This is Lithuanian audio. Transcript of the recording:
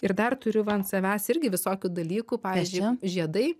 ir dar turiu va ant savęs irgi visokių dalykų pavyzdžiui žiedai